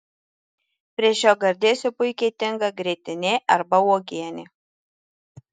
prie šio gardėsio puikiai tinka grietinė arba uogienė